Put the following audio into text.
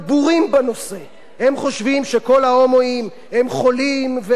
הם חושבים שכל ההומואים הם חולים וסוטים ומגעילים,